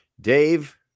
Dave